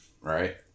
right